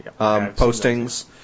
postings